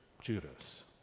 Judas